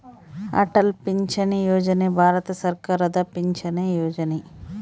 ಅಟಲ್ ಪಿಂಚಣಿ ಯೋಜನೆ ಭಾರತ ಸರ್ಕಾರದ ಪಿಂಚಣಿ ಯೊಜನೆ